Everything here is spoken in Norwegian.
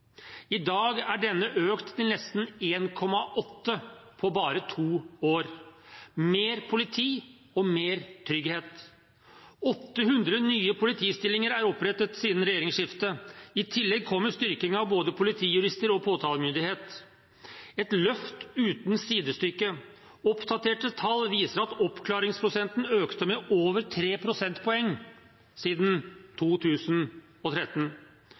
I dag er denne økt til nesten 1,8 på bare to år: mer politi og mer trygghet. 800 nye politistillinger er opprettet siden regjeringsskiftet. I tillegg kommer styrking av både politijurister og påtalemyndighet – et løft uten sidestykke. Oppdaterte tall viser at oppklaringsprosenten har økt med over 3 prosentpoeng siden 2013.